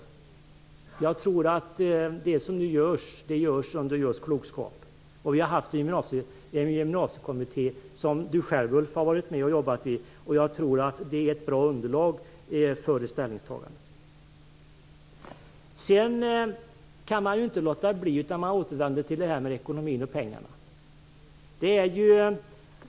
Jag tror att det som nu görs det görs under just klokskap. Vi har haft en gymnasiekommitté som Ulf Melin själv har jobbat i. Jag tror att det är ett bra underlag för ett ställningstagande. Man kan inte låta bli att återvända till ekonomin och pengarna.